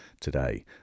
today